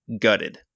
gutted